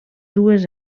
dues